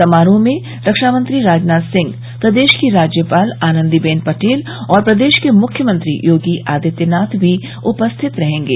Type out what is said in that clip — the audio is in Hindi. समरोह में रक्षामंत्री राजनाथ सिंह प्रदेश की राज्यपाल आनंदीबेन पटेल और प्रदेश के मुख्यमंत्री योगी आदित्यनाथ भी उपस्थित रहेंगे